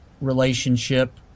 relationship